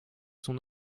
son